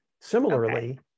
Similarly